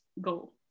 go